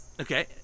Okay